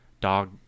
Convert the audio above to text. dog